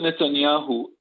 Netanyahu